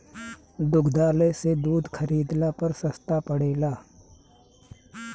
दुग्धालय से दूध खरीदला पर सस्ता पड़ेला?